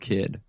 Kid